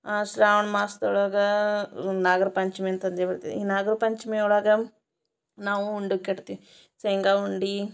ಆ ಶ್ರಾವಣ ಮಾಸ್ದೊಳಗೆ ನಾಗ್ರ ಪಂಚಮಿ ಅಂತಂದು ಹೇಳ್ತಿವಿ ಈ ನಾಗ್ರ ಪಂಚಮಿ ಒಳಗೆ ನಾವು ಉಂಡೆ ಕಟ್ತಿವಿ ಶೇಂಗ ಉಂಡೆ